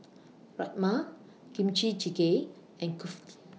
Rajma Kimchi Jjigae and Kulfi